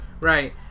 Right